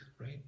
right